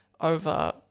over